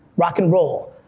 rock and roll.